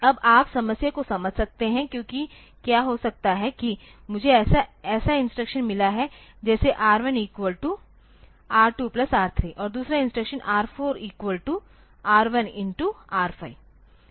अब आप समस्या को समझ सकते हैं क्योंकि क्या हो सकता है कि मुझे ऐसा इंस्ट्रक्शन मिला है जैसे R 1 equal to R 2 plus R 3 और दूसरा instruction R 4 equal to R1 R5